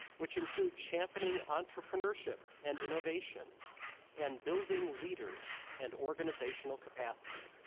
which include championing entrepreneurship and innovation and building leaders and organizational capacity.